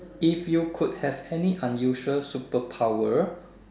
if you could have any unusual super power